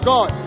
God